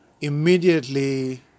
immediately